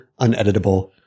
uneditable